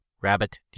rabbit